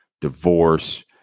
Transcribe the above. divorce